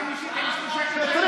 נא